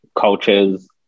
cultures